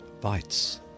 bites